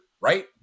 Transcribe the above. right